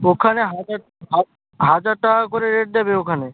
ওখানে হাজার হাজার টাকা করে রেট দেবে ওখানে